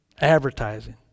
Advertising